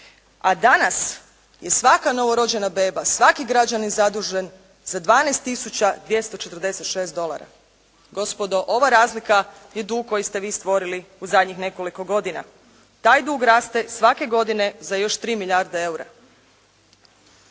A danas je svaka novorođena beba, svaki građanin zadužen za 12 tisuća 246 dolara. Gospodo ova razlika je dug koji ste vi stvorili u zadnjih nekoliko godina. Taj dug raste svake godine za još 3 milijarde eura.